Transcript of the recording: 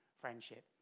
friendship